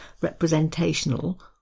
representational